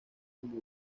como